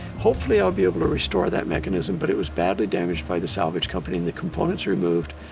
hopefully i'll be able to restore that mechanism but it was badly damaged by the salvage company and the components removed.